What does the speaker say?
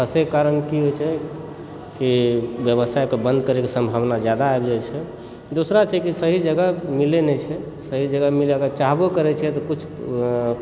फँसयके कारण की होइत छै कि व्यवसायके बन्द करयके सम्भावना जादा आबि जाइत छै दोसरा छै कि सही जगह मिलय नहि छै सही जगह मिलय अगर चाहबो करय छै तऽ कुछ